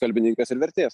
kalbininkas ir vertėjas